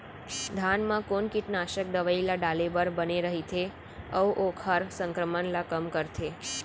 धान म कोन कीटनाशक दवई ल डाले बर बने रइथे, अऊ ओखर संक्रमण ल कम करथें?